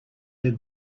had